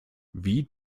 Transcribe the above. wie